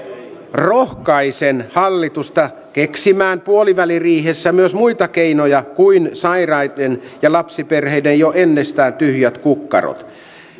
rohkaisen hallitusta keksimään puoliväliriihessä myös muita keinoja kuin sairaiden ja lapsiperheiden jo ennestään tyhjät kukkarot